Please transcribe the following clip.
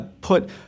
put